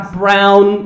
brown